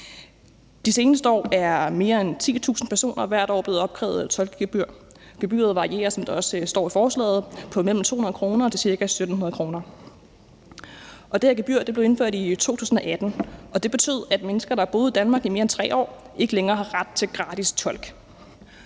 De seneste år er mere end 10.000 personer hvert år blevet opkrævet et tolkegebyr. Gebyret varierer, som der også står i forslaget, mellem 200 kr. og ca. 1.700 kr. Gebyret blev indført i 2018, og det betød, at mennesker, der har boet i Danmark i mere end 3 år, ikke længere har ret til en gratis tolk.